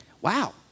Wow